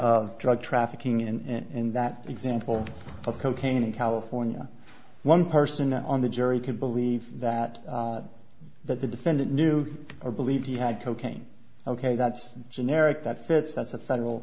of drug trafficking in that example of cocaine in california one person on the jury can believe that that the defendant knew or believed he had cocaine ok that's generic that fits that's a federal